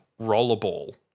Rollerball